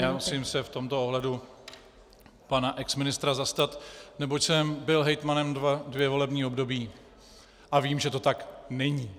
Ne, já se musím v tomto ohledu pana exministra zastat, neboť jsem byl hejtmanem dvě volební období a vím, že to tak není.